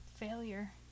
Failure